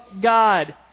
God